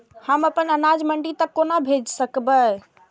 हम अपन अनाज मंडी तक कोना भेज सकबै?